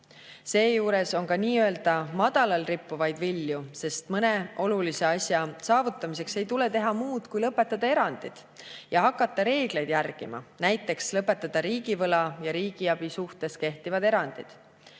Seejuures on ka nii-öelda madalal rippuvaid vilju, sest mõne olulise asja saavutamiseks ei tule teha muud kui lõpetada erandid ja hakata reegleid järgima, näiteks lõpetada riigivõla ja riigiabi suhtes kehtivad erandid.